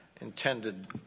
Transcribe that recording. intended